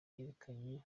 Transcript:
yerekanye